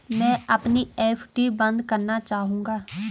मैं अपनी एफ.डी बंद करना चाहूंगा